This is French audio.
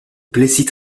plessis